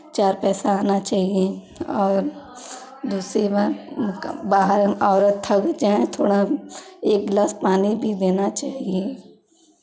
चार पैसा आना चाहिए और दूसरी बात बाहर औरत थक जाएं थोड़ा एक गिलास पानी भी देना चाहिए